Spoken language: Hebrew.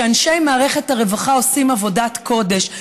אנשי מערכת הרווחה עושים עבודת קודש,